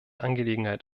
angelegenheit